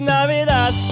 Navidad